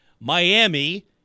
Miami